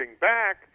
back